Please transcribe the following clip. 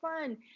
fun